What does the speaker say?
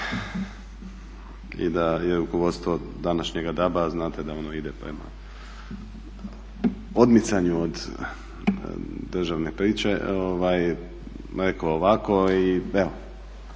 i da je u rukovodstvo današnjega DAB-a, a znate da ono ide prema odmicanju od državne priče, rekao ovako i evo